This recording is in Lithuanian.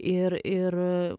ir ir